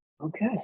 Okay